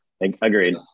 Agreed